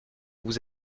vous